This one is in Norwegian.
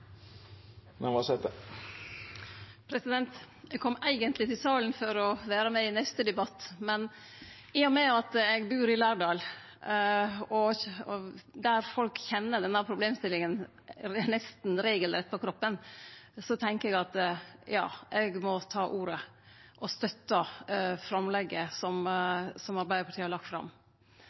i. Eg kom eigentleg til salen for å vere med i neste debatt, men i og med at eg bur i Lærdal, der folk kjenner denne problemstillinga nesten regelrett på kroppen, tenkjer eg at eg må ta ordet og støtte framlegget frå Arbeidarpartiet. Det er lett å seie at ein skal ha ungdommar inn, det er mange som